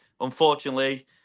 unfortunately